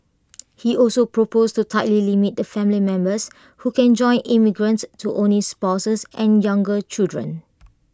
he also proposed to tightly limit the family members who can join immigrants to only spouses and younger children